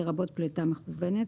לרבות פליטה מכוונת,